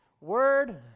Word